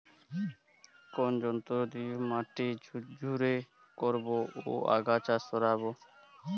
কোন যন্ত্র দিয়ে মাটি ঝুরঝুরে করব ও আগাছা সরাবো?